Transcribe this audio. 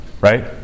Right